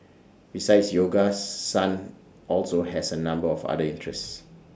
besides yoga sun also has A number of other interests